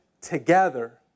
together